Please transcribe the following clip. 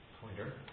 pointer